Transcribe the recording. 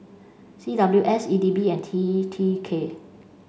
C W S E D B and T T K